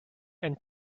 and